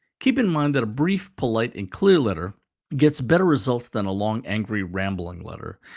keep in mind that a brief, polite and clear letter gets better results than a long, angry, rambling letter.